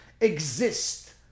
exist